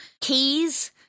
Keys